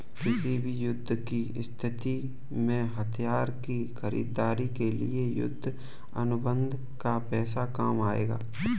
किसी भी युद्ध की स्थिति में हथियार की खरीदारी के लिए युद्ध अनुबंध का पैसा काम आएगा